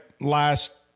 last